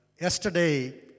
yesterday